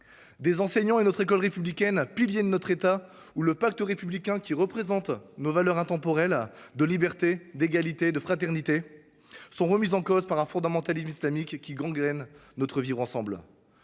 Des enseignants, notre école républicaine, pilier de notre État, ou encore le pacte républicain, qui représente nos valeurs intemporelles de liberté, d’égalité et de fraternité, sont remis en cause par un fondamentalisme islamique qui gangrène notre vivre ensemble.